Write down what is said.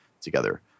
together